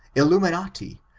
illuminati,